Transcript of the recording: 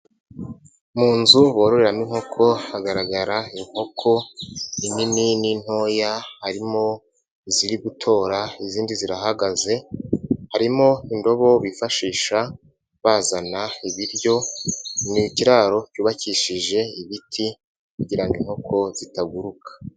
Mu nzu bororamo inkoko, hagaragara inkoko nini n'inoya, harimo iziri gutora, izindi zirahagaze, harimo indobo bifashisha bazana ibiryo, ni ikiraro cyubakishije ibiti kugira ngo inkoko zitaguruka.